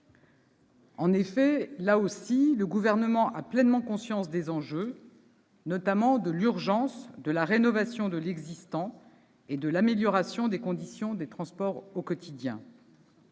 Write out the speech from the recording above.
En effet, le Gouvernement a pleinement conscience des enjeux, notamment de l'urgence de la rénovation de l'existant et de l'amélioration des conditions de transport au quotidien.